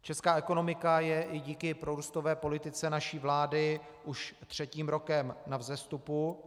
Česká ekonomika je i díky prorůstové politice naší vlády už třetím rokem na vzestupu.